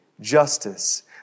justice